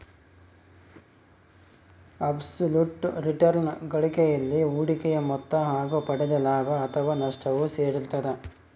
abs ಲುಟ್ return ಗಳಿಕೆಯಲ್ಲಿ ಹೂಡಿಕೆಯ ಮೊತ್ತ ಹಾಗು ಪಡೆದ ಲಾಭ ಅಥಾವ ನಷ್ಟವು ಸೇರಿರ್ತದ